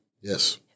Yes